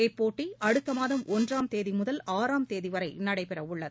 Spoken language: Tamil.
இப்போட்டி அடுத்த மாதம் ஒன்றாம் தேதி முதல் ஆறாம் தேதி வரை நடைபெறவுள்ளது